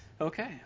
okay